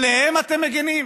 עליהם אתם מגינים?